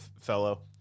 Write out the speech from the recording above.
fellow